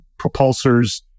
propulsors